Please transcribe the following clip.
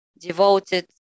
devoted